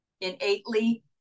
innately